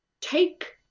take